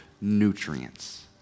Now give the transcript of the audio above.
nutrients